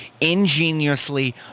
Ingeniously